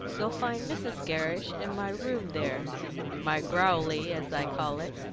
you'll find mrs. gerrish in my room there my growlery, as i call it.